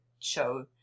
show